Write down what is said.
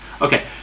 Okay